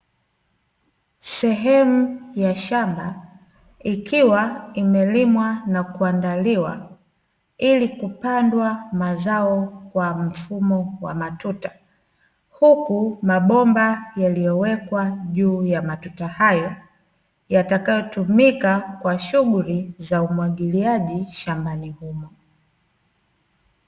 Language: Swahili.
Sehemu ya shamba, ikiwa imelimwa na kuandaliwa, ili kupandwa mazao, kwa mfumo wa matuta. Huku mabomba yaliyowekwa juu ya matuta hayo, yatakayotumika kwa shughuli za umwagiliaji shambani humo.